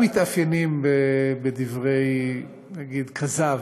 מתאפיינים בדברי כזב.